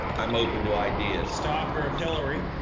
i'm open to ideas. stock or a pillory.